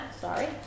sorry